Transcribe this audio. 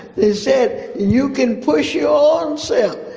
they said, you can push your own self.